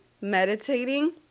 meditating